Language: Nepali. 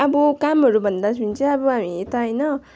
अब कामहरू भन्दाखेरि चाहिँ अब हामी यता होइन